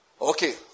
Okay